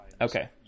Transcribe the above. Okay